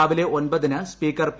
രാവിലെ ഒമ്പതിന് speaker P